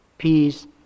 peace